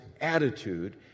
attitude